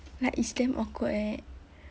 like it's damn awkward eh